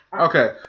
Okay